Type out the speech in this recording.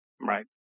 Right